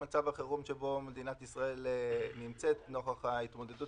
מצב החירום שבו נמצאת מדינת ישראל נוכח ההתמודדות